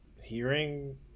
Hearing